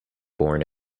born